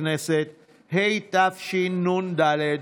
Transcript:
לנדה,